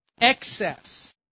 Excess